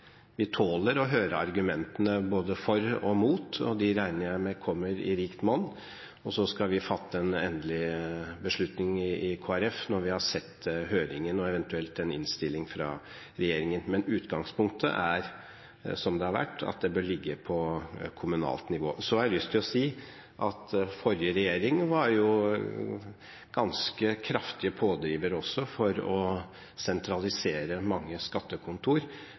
vi tåler å høre argumentene både for og mot, og de regner jeg med kommer i rikt monn. Så skal vi fatte en endelig beslutning i Kristelig Folkeparti når vi har hatt høringen og eventuelt fått en innstilling fra regjeringen. Men utgangspunktet er som det har vært, at det bør ligge på kommunalt nivå. Så har jeg lyst til å si at forrige regjering var en ganske kraftig pådriver for å sentralisere mange skattekontor.